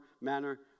manner